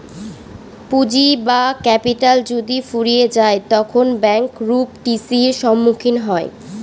পুঁজি বা ক্যাপিটাল যদি ফুরিয়ে যায় তখন ব্যাঙ্ক রূপ টি.সির সম্মুখীন হয়